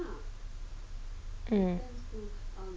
mm